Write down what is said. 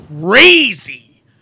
crazy